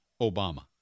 Obama